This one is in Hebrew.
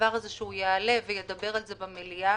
שהוא יעלה וידבר על זה במליאה